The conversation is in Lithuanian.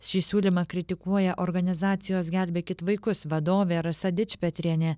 šį siūlymą kritikuoja organizacijos gelbėkit vaikus vadovė rasa dičpetrienė